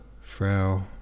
Frau